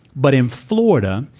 but in florida,